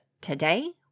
today